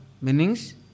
Meanings